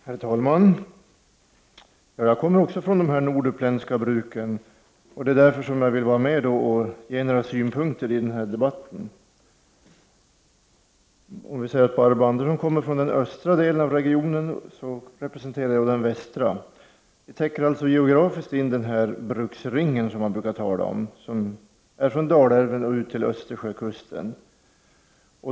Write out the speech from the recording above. Herr talman! Jag kommer också från de norduppländska bruken. Det är därför jag vill vara med och anföra några synpunkter i den här debatten. Barbro Andersson kommer från den östra delen av regionen, och jag representerar den västra. Vi täcker alltså geografiskt in den bruksring som man brukar tala om och som går från Dalälven ut till Östersjökusten.